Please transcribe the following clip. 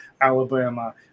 Alabama